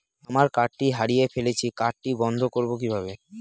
আমার কার্ডটি হারিয়ে ফেলেছি কার্ডটি বন্ধ করব কিভাবে?